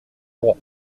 droit